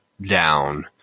down